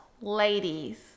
ladies